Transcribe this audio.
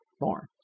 more